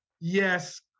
yes